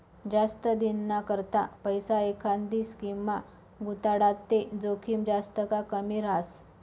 जास्त दिनना करता पैसा एखांदी स्कीममा गुताडात ते जोखीम जास्त का कमी रहास